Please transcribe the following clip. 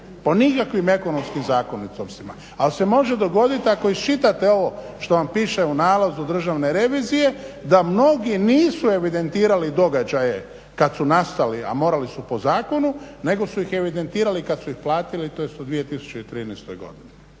po nikakvim ekonomskim zakonitostima. Ali se može dogoditi ako iščitate ovo što vam piše u nalazu Državne revizije da mnogi nisu evidentirali događaje kad su nastali, a morali su po zakonu, nego su ih evidentirali kad su ih platili tj. u 2013. godini.